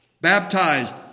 baptized